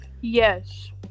Yes